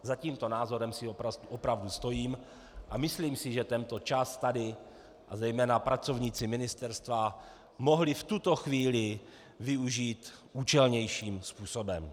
Za tímto názorem si opravdu stojím a myslím si, že tento čas tady a zejména pracovníci Ministerstva mohli v tuto chvíli využít účelnějším způsobem.